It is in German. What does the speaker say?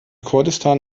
kurdistan